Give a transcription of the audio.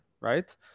right